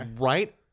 right